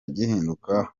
gihinduka